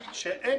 זה לא הגיוני שאין.